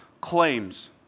claims